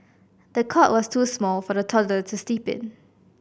the cot was too small for the toddler to sleep in